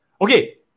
Okay